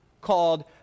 called